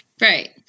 Right